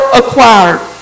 acquired